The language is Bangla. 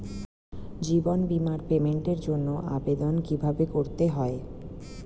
জীবন বীমার পেমেন্টের জন্য আবেদন কিভাবে করতে হয়?